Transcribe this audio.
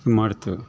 ಮಾಡ್ತೇವೆ